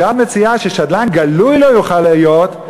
כשאת מציעה ששדלן גלוי לא יוכל להיות,